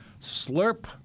Slurp